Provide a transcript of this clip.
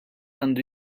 għandu